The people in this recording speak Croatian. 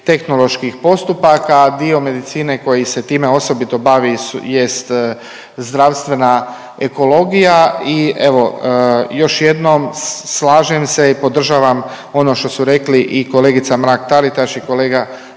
tehnoloških postupaka. Dio medicine koji se time osobito bavi jest zdravstvena ekologija i evo još jednom slažem se i podržavam ono što su rekli i kolegica Mrak Taritaš i kolega